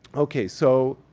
ok. so,